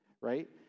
right